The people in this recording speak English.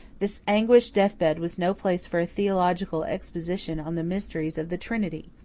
this anguished death-bed was no place for a theological exposition on the mysteries of the trinity.